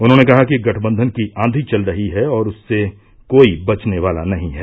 उन्होंने कहा कि गठबंधन की आंधी चल रही है और उससे कोई बचने वाला नही है